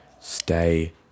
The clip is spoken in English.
stay